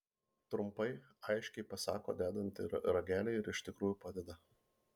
trumpai aiškiai pasako dedanti ragelį ir iš tikrųjų padeda